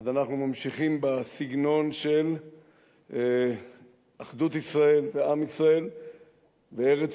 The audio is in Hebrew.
אז אנחנו ממשיכים בסגנון של אחדות ישראל ועם ישראל בארץ-ישראל.